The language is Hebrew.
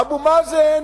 אבו מאזן